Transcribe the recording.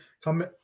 come